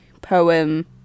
poem